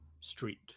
street